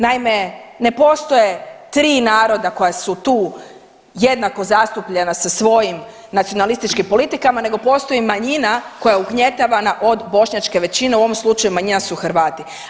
Naime, ne postoje tri naroda koja su tu jednako zastupljena sa svojim nacionalističkim politikama nego postoji manjina koja je ugnjetavana od bošnjačke većine u ovom slučaju manjina su Hrvati.